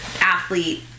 athlete